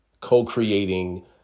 co-creating